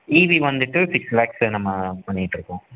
EV வந்துட்டு six lakhs நம்ம பண்ணிட்டுருக்கோம்